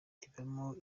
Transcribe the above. ibamo